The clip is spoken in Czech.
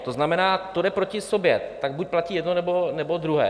To znamená, to jde proti sobě, buď platí jedno, nebo druhé.